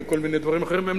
וכל מיני דברים אחרים,